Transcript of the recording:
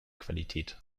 qualität